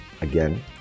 again